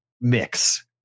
mix